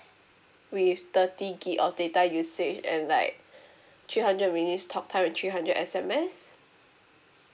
with thirty gig of data you say it and like three hundred minutes talk time three hundred S_M_S